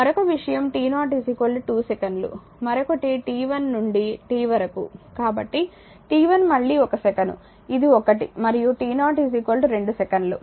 మరొక విషయం t0 2 సెకన్లు మరొకటి t1 నుండి t వరకు కాబట్టి t1 మళ్ళీ ఒక సెకను ఇది ఒకటి మరియు t0 2 సెకన్లు